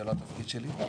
זה לא התפקיד שלי,